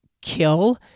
kill